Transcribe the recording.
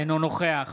אינו נוכח